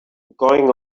going